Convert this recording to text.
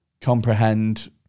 comprehend